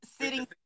sitting